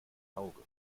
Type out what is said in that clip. auge